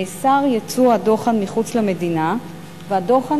נאסר ייצוא הדוחן מחוץ למדינה והדוחן